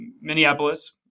Minneapolis